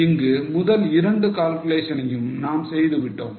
இங்கு முதல் இரண்டு calculations யும் நாம் செய்துவிட்டோம்